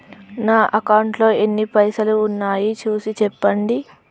నా అకౌంట్లో ఎన్ని పైసలు ఉన్నాయి చూసి చెప్పండి?